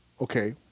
Okay